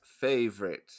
favorite